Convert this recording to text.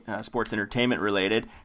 sports-entertainment-related